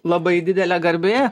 labai didelė garbė